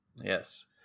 Yes